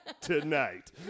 tonight